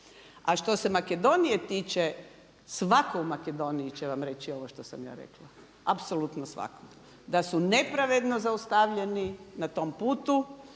A što se Makedonije tiče svako u Makedoniji će vam reći ovo što sam ja rekla, apsolutno svako. Da su nepravedno zaustavljeni na tom putu